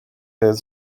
her